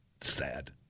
Sad